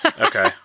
Okay